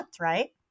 right